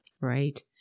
right